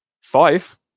Five